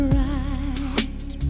right